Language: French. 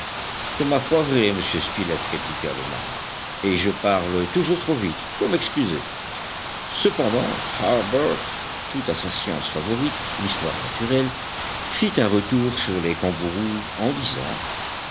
c'est ma foi vrai monsieur spilett répliqua le marin et je parle toujours trop vite faut m'excuser cependant harbert tout à sa science favorite l'histoire naturelle fit un retour sur les kangourous en disant